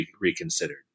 reconsidered